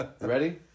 Ready